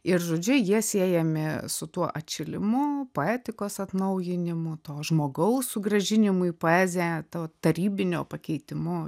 ir žodžiu jie siejami su tuo atšilimu poetikos atnaujinimu to žmogaus sugrąžinimu į poeziją to tarybinio pakeitimu